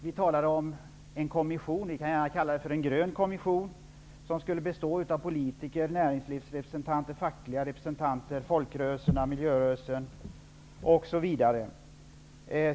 Vi talade om en kommission, vi kan gärna kalla det för en grön kommission, som skulle bestå av politiker, näringslivsrepresentanter, fackliga representanter, folkrörelserna, miljörörelsen osv.